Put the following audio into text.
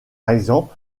exemple